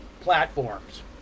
platforms